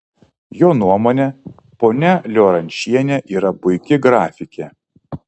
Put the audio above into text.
jo nuomone ponia liorančienė yra puiki grafikė